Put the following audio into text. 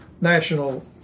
national